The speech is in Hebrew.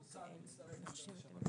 המוסד מצטרף לעמדת